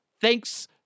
Thanks